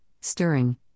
stirring